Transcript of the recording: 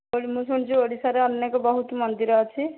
ମୁଁ ଶୁଣିଛି ଓଡ଼ିଶାର ଅନେକ ବହୁତ ମନ୍ଦିର ଅଛି